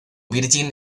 virgin